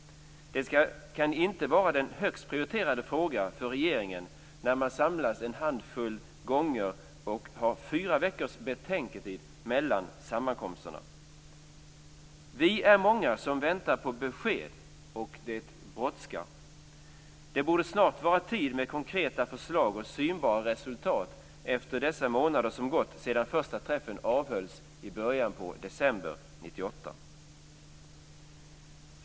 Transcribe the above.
Det kan inte vara den högst prioriterade frågan för regeringen när man samlas en handfull gånger och har fyra veckors betänketid mellan sammankomsterna. Vi är många som väntar på besked, och det brådskar. Det borde snart vara tid för konkreta förslag och synbara resultat efter dessa månader som gått sedan första träffen avhölls i början på december 1998.